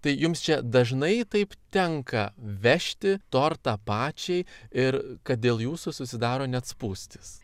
tai jums čia dažnai taip tenka vežti tortą pačiai ir kad dėl jūsų susidaro net spūstys